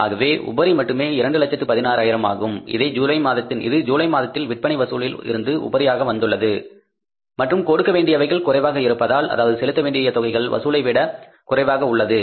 ஆகவே உபரி மட்டுமே 216000 ஆகும் இது ஜூலை மாதத்தில் விற்பனை வசூலில் இருந்து உபரியாக வந்துள்ளது மற்றும் கொடுக்க வேண்டியவைகள் குறைவாக இருப்பதால் அதாவது செலுத்தவேண்டிய தொகைகள் வசூலை விட குறைவாக உள்ளது